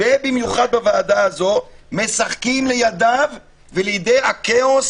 ובמיוחד בוועדה הזאת משחקים לידיו ולידי הכאוס